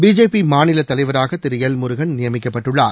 BJP மாநிலத் தலைவராக திரு எல் முருகன் நியமிக்கப்பட்டுள்ளார்